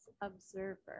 observer